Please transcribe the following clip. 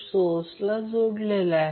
4 Ω असे आहे